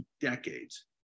decades